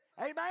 amen